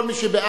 כל מי שבעד,